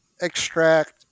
extract